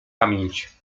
pamięć